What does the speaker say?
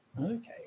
Okay